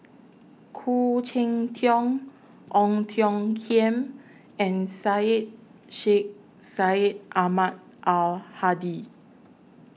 Khoo Cheng Tiong Ong Tiong Khiam and Syed Sheikh Syed Ahmad Al Hadi